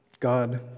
God